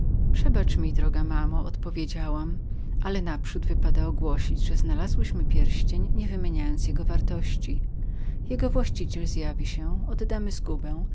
przebacz mi droga mamo odpowiedziałam ale naprzód wypada ogłosić że znalazłyśmy pierścień niewymieniając jego wartości jeżeli prawdziwy posiadacz zjawi się oddamy